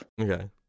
Okay